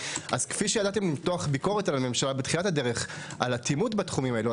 כפי שידעתם למתוח ביקורת על הממשלה בתחילת הדרך על אטימות בתחומים האלה,